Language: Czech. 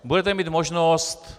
Budete mít možnost...